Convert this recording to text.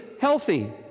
healthy